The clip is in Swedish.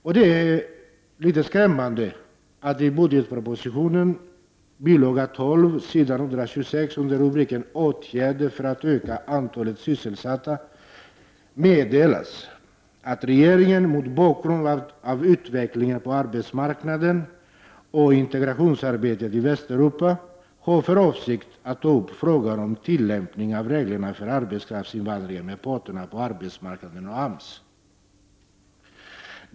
Det är litet skrämmande att det i budgetpropositionen, bilaga 12, s. 126, under rubriken ”Åtgärder för att öka antalet sysselsatta” meddelas att regeringen mot bakgrund av utvecklingen på arbetsmarknaden och integrationsarbetet i Västeuropa har för avsikt att ta upp frågan om tillämpning av reglerna för arbetskraftsinvandring med parterna på arbetsmarknaden och AMS.